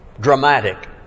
dramatic